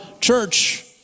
church